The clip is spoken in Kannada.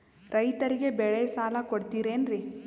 ರೈತರಿಗೆ ಬೆಳೆ ಸಾಲ ಕೊಡ್ತಿರೇನ್ರಿ?